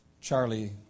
Charlie